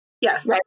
Yes